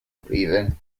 breathing